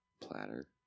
Platter